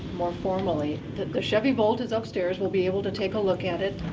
more formally. the chevy volt is upstairs. we'll be able to take a look at it.